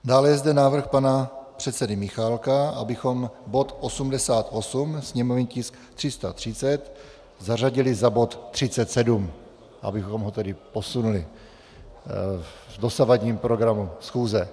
Dále je zde návrh pana předsedy Michálka, abychom bod 88, sněmovní tisk 330, zařadili za bod 37, abychom ho tedy posunuli v dosavadním programu schůze.